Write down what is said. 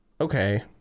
Okay